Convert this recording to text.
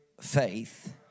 faith